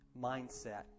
mindset